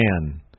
man